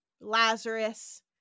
Lazarus